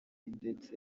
ndetse